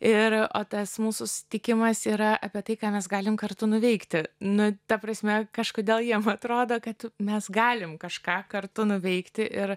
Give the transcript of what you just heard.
ir o tas mūsų susitikimas yra apie tai ką mes galim kartu nuveikti nu ta prasme kažkodėl jiem atrodo kad mes galim kažką kartu nuveikti ir